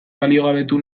baliogabetu